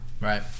Right